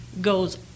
goes